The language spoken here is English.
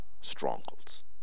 strongholds